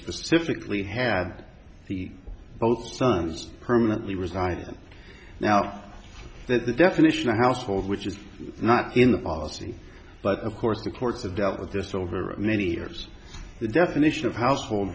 specifically had both sons permanently resigned now that the definition of household which is not in the policy but of course the courts have dealt with this over many years the definition of household